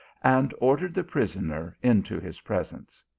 and ordered the prisoner into his presence.